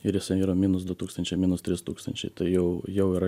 ir jisai yra minus du tūkstančiai minus trys tūkstančiai tai jau jau yra